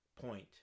point